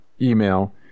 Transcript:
email